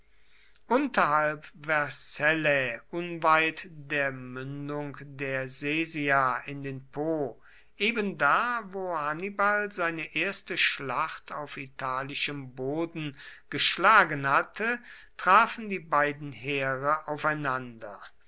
unterhalb vercellae unweit der mündung der sesia in den po ebenda wo hannibal seine erste schlacht auf italischem boden geschlagen hatte trafen die beiden heere aufeinander